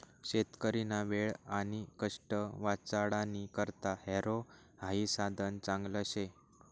शेतकरीना वेळ आणि कष्ट वाचाडानी करता हॅरो हाई साधन चांगलं शे